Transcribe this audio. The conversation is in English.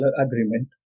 agreement